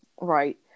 Right